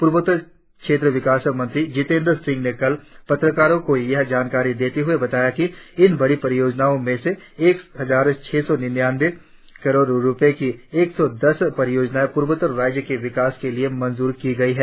पीर्वोत्तर क्षेत्र विकास मंत्री जितेंद्र सिंह ने कल पत्रकारो को यह जानकारी देते हुए बताया कि इन बड़ी परियोजनाओ में से एक हजार छह सौ निन्यानंवे करोड़ रुपये की एक सौ दस परियोजनाए पूर्वोत्तर राज्यों के विकास के लिए मंजूर की गई है